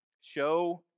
Show